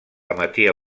emetia